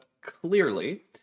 clearly